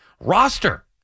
roster